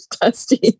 Dusty